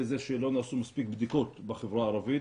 זה שלא נעשו מספיק בדיקות בחברה הערבית,